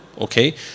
Okay